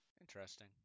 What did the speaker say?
interesting